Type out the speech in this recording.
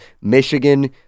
Michigan